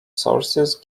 sources